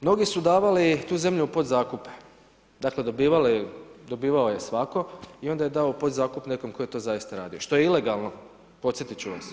Mnogi su davali tu zemlju u podzakupe, dakle dobivao je svatko i onda je dao u podzakup nekom tko je to zaista radio, što je ilegalno podsjetit ću vas.